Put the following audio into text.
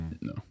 No